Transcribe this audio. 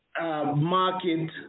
market